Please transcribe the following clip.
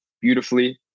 beautifully